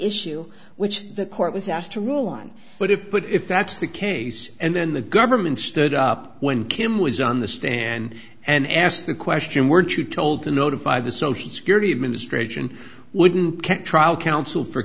issue which the court was asked to rule on but it put if that's the case and then the government stood up when kim was on the stand and asked the question were two told to notify the social security administration wouldn't can't trial counsel for